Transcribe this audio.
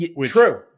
True